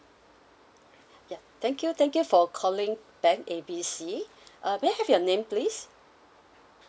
ya thank you thank you for calling bank A B C uh may I have your name please